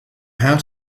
how